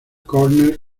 cornell